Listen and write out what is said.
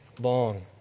long